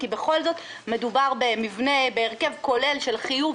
כי בכל זאת מדובר בהרכב כולל של חיוב,